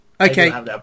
Okay